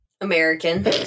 American